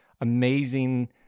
amazing